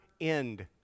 end